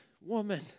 woman